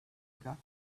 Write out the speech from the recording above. gap